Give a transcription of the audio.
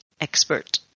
expert